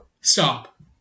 Stop